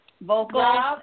Vocal